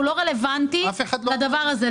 הוא לא רלוונטי לדבר הזה.